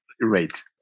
Right